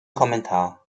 kommentar